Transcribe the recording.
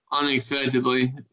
unexpectedly